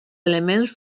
elements